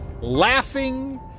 laughing